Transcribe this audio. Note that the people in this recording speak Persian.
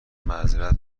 معذرت